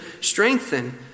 strengthen